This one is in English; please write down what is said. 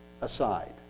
aside